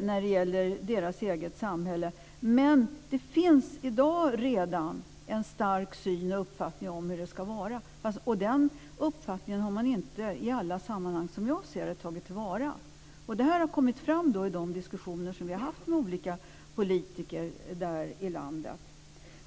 när det gäller deras eget samhälle. Men det finns redan i dag en stark uppfattning om hur det ska vara. Och den uppfattningen har man inte i alla sammanhang, som jag ser det, tagit till vara. Detta har kommit fram i de diskussioner som vi har haft med olika politiker i landet.